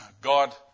God